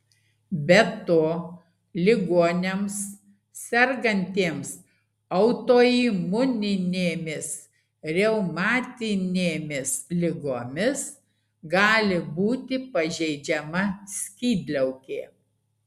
be to ligoniams sergantiems autoimuninėmis reumatinėmis ligomis gali būti pažeidžiama skydliaukė